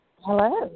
Hello